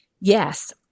Yes